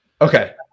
Okay